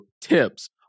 tips